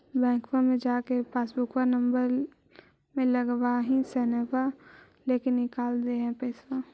बैंकवा मे जा के पासबुकवा नम्बर मे लगवहिऐ सैनवा लेके निकाल दे है पैसवा?